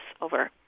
over